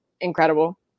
incredible